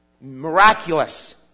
Miraculous